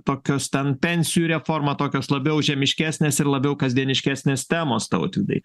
tokios ten pensijų reforma tokios labiau žemiškesnės ir labiau kasdieniškesnės temos tautvydai